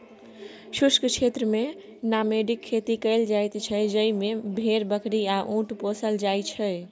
शुष्क क्षेत्रमे नामेडिक खेती कएल जाइत छै जाहि मे भेड़, बकरी आ उँट पोसल जाइ छै